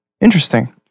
Interesting